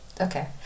Okay